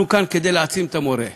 אנחנו כאן כדי להעצים את המורה,